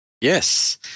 Yes